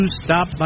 stop